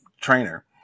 trainer